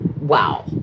wow